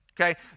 Okay